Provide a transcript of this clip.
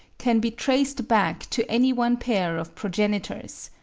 can be traced back to any one pair of progenitors.